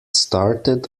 started